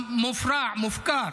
המופרע, מופקר,